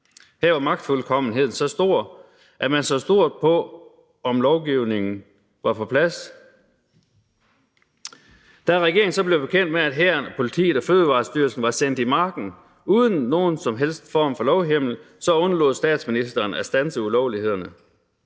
Her var magtfuldkommenheden så stor, at man så stort på, om lovgivningen var på plads. Da regeringen så blev bekendt med, at hæren, politiet og Fødevarestyrelsen var sendt i marken uden nogen som helst form for lovhjemmel, så undlod statsministeren at standse ulovlighederne.